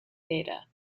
data